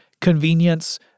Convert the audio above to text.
convenience